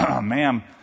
ma'am